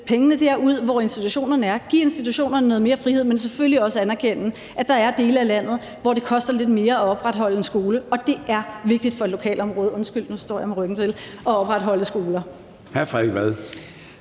pengene derud, hvor institutionerne er, og give institutionerne noget mere frihed, men selvfølgelig også anerkende, at der er dele af landet, hvor det koster lidt mere at opretholde en skole. Og det er vigtigt for et lokalområde – undskyld, nu står jeg med ryggen til – at opretholde skoler.